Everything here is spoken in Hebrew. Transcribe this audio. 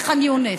בחאן יונס?